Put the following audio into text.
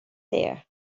there